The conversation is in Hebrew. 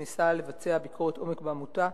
שניסה לבצע ביקורת עומק בעמותה,